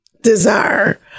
desire